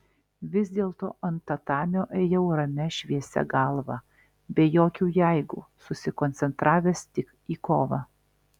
vis dėlto ant tatamio ėjau ramia šviesia galva be jokių jeigu susikoncentravęs tik į kovą